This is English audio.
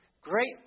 Great